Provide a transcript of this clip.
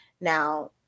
Now